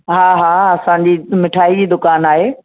हा हा असांजी मिठाई जी दुकानु आहे